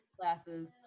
classes